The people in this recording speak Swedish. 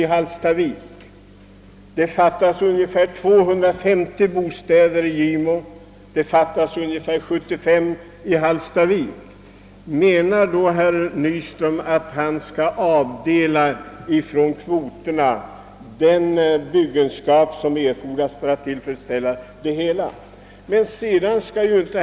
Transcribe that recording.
Det saknas också ungefär 250 bostäder i Gimo och omkring 75 i Hallstavik. Menar herr Nyström att man från kvoterna skall avdela den byggenskap som erfordras för att bygga bostäder i området i Harg och ny industri för att tillfredsställa hans önskningar. Skall kvoten i så fall tas från ex. Norrtäljes?